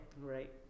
Right